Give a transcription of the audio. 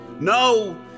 No